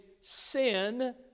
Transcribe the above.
sin